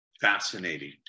Fascinating